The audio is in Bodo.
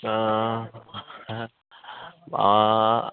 मा